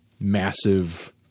massive –